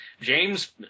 James